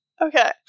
okay